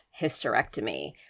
hysterectomy